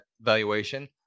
valuation